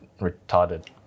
retarded